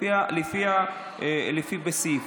לפי הסעיף.